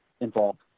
involved